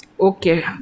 Okay